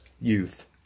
Youth